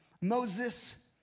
Moses